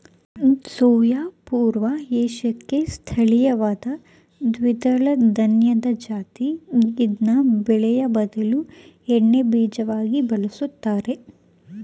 soya ಪೂರ್ವ ಏಷ್ಯಾಕ್ಕೆ ಸ್ಥಳೀಯವಾದ ದ್ವಿದಳಧಾನ್ಯದ ಜಾತಿ ಇದ್ನ ಬೇಳೆಯ ಬದಲು ಎಣ್ಣೆಬೀಜವಾಗಿ ಬಳುಸ್ತರೆ